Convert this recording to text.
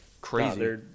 crazy